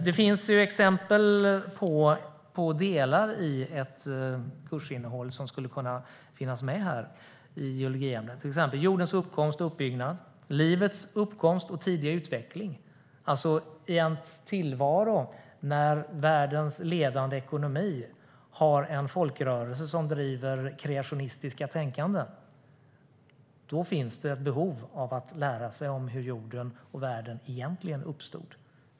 Det finns exempel på delar i ett kursinnehåll som skulle kunna finnas med i geologiämnet, till exempel jordens uppkomst och uppbyggnad, livets uppkomst och tidiga utveckling. I en tillvaro när det i världens ledande ekonomi finns en folkrörelse som driver kreationistiskt tänkande finns ett behov av att lära sig hur jorden och världen egentligen uppstod.